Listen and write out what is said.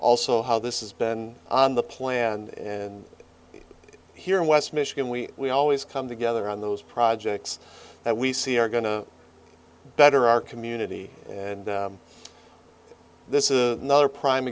also how this has been on the plan and here in west michigan we always come together on those projects that we see are going to better our community and this is another prime